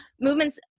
movements